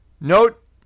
Note